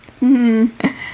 -hmm